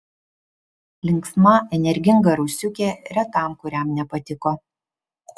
linksma energinga rusiukė retam kuriam nepatiko